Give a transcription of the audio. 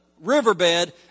riverbed